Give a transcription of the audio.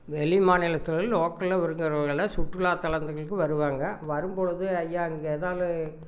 வெளி மாநிலத்தில் லோக்கலில் இருக்கிறவங்களாம் சுற்றுலாத்தலங்களுக்கு வருவாங்க வரும் போது ஐயா இங்கே எதாலும்